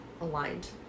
aligned